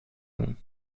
gelangen